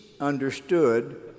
understood